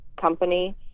company